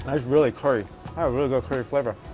is really curry really curry flavor.